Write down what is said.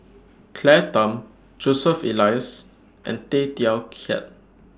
Claire Tham Joseph Elias and Tay Teow Kiat